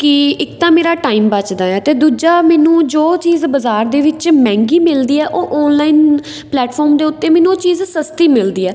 ਕਿ ਇੱਕ ਤਾਂ ਮੇਰਾ ਟਾਈਮ ਬਚਦਾ ਆ ਅਤੇ ਦੂਜਾ ਮੈਨੂੰ ਜੋ ਚੀਜ਼ ਬਾਜ਼ਾਰ ਦੇ ਵਿੱਚ ਮਹਿੰਗੀ ਮਿਲਦੀ ਆ ਉਹ ਔਨਲਾਈਨ ਪਲੈਟਫੋਰਮ ਦੇ ਉੱਤੇ ਮੈਨੂੰ ਉਹ ਚੀਜ਼ ਸਸਤੀ ਮਿਲਦੀ ਹੈ